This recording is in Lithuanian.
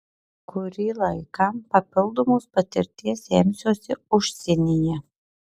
kurį laiką papildomos patirties semsiuosi užsienyje